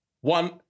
one